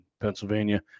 Pennsylvania